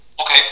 Okay